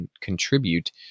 contribute